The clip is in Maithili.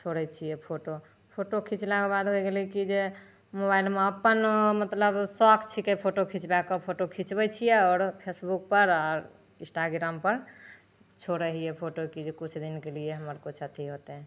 छोड़ै छिए फोटो फोटो खिचलाके बाद होइ गेलै कि जे मोबाइलमे अपन मतलब सौख छिकै फोटो खिचबैके फोटो खिचबै छिए आओर फेसबुकपर आओर इन्स्टाग्रामपर छोड़ै हिए फोटो कि जे किछु दिन केलिए हमर तऽ अथी होतै